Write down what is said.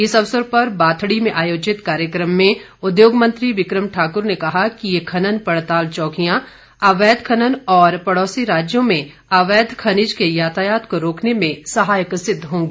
इस अवसर पर बाथड़ी में आयोजित कार्यक्रम में उद्योग मंत्री बिक्रम ठाकुर ने कहा कि ये खनन पड़ताल चौकियां अवैध खनन और पड़ोसी राज्यों में अवैध खनिज के यातायात को रोकने में साहयक सिद्ध होंगी